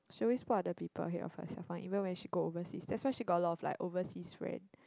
she always put other people ahead of herself one even when she go overseas that's why she got a lot of like overseas friend